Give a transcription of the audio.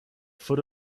foot